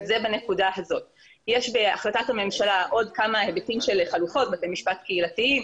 בהחלטת הממשלה יש עוד כמה היבטים של חלופות: בתי משפט קהילתיים,